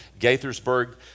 Gaithersburg